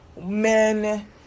men